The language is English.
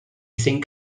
think